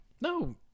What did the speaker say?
No